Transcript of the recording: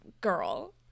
girl